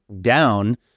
down